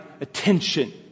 attention